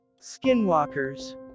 skinwalkers